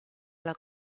alla